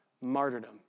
martyrdom